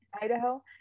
Idaho